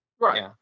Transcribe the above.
right